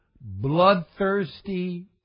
bloodthirsty